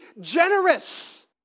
generous